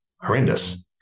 horrendous